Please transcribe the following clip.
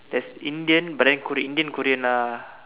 that's Indian but then korean Indian Korean lah